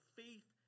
faith